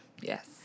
Yes